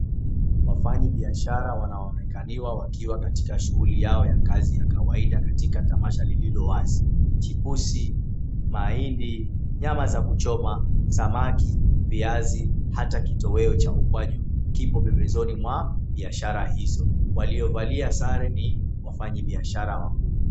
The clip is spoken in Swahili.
Wafanyabiashara wanaonekana wakiwa katika shughuli zao za kazi za kawaida katika tamasha lililowazi. Chips , mahindi, nyama ya kuchoma , samaki, viazi hata kitoweo cha ukwaji kipo pembezoni mwa biashara hizo. Waliyovalia sare ni wafanyabiashara wakuu.